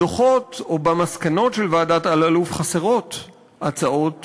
בדוחות או במסקנות של ועדת אלאלוף חסרות הצעות